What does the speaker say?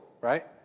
right